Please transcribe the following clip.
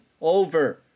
over